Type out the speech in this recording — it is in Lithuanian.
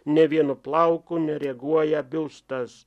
nė vienu plauku nereaguoja biustas